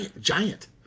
giant